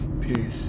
peace